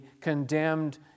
condemned